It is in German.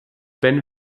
wenn